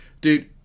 Dude